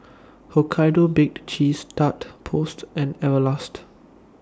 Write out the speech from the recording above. Hokkaido Baked Cheese Tart Post and Everlast